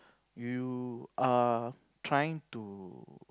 you are trying to